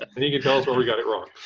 and he can tell us where we got it wrong.